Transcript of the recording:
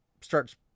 starts